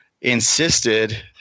insisted